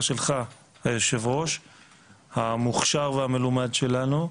שלך היושב-ראש המוכשר והמלומד שלנו,